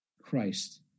Christ